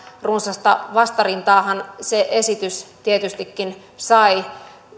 runsasta vastarintaahan se esitys tietystikin sai